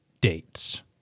dates